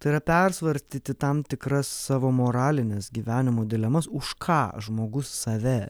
tai yra persvarstyti tam tikras savo moralines gyvenimo dilemas už ką žmogus save